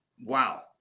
Wow